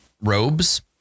robes